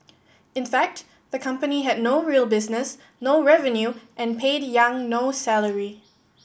in fact the company had no real business no revenue and paid Yang no salary